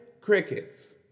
crickets